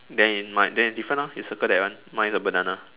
then it might then it's different orh your circle that one mine is a banana